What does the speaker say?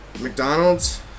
mcdonald's